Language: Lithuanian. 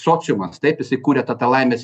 sociumas taip jisai kuria tą laimės